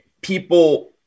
people